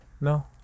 No